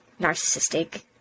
narcissistic